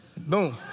Boom